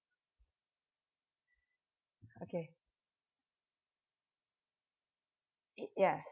okay y~ yes